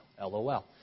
LOL